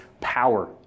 power